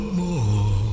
more